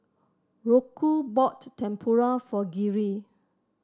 Rocco bought Tempura for Geary